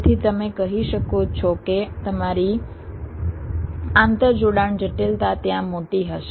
તેથી તમે કહી શકો છો કે તમારી આંતરજોડાણ જટિલતા ત્યાં મોટી હશે